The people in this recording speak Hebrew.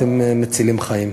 אתם מצילים חיים.